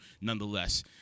nonetheless